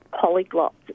Polyglot